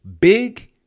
big